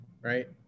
right